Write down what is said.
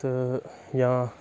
تہٕ یا